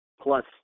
Plus